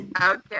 Okay